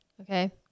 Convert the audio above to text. okay